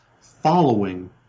following